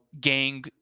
gang